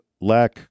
lack